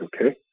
okay